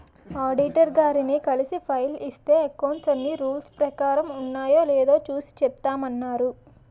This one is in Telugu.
ఆడిటర్ గారిని కలిసి ఫైల్ ఇస్తే అకౌంట్స్ అన్నీ రూల్స్ ప్రకారం ఉన్నాయో లేదో చూసి చెబుతామన్నారు